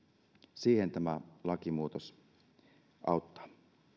siihen tämä lakimuutos auttaa